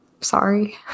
sorry